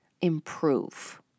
improve